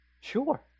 Sure